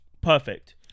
perfect